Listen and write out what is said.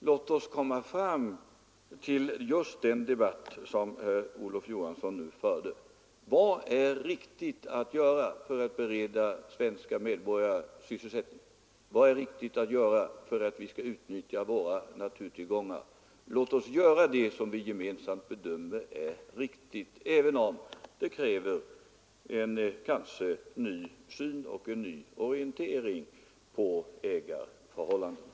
Låt oss komma fram till en debatt om just det som herr Olof Johansson nu förde in: Vad är riktigt att göra för att bereda svenska medborgare sysselsättning, vad är riktigt att göra för att vi skall utnyttja våra naturtillgångar? Låt oss göra det som vi gemensamt bedömer som riktigt, även om det kanske kräver en ny orientering och en ny syn på ägarförhållandena! beroende av multinationella företag,